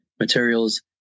materials